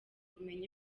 ubumenyi